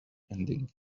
ending